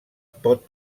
pot